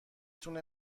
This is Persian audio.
تونه